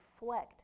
reflect